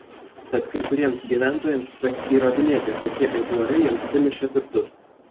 tad kai kuriems gyventojams teks įrodinėti kokie aitvarai jiems sunešė turtus